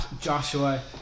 Joshua